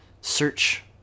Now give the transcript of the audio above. Search